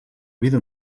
vida